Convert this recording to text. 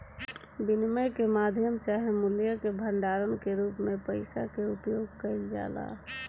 विनिमय के माध्यम चाहे मूल्य के भंडारण के रूप में पइसा के उपयोग कईल जाला